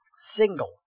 single